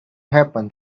happen